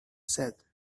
said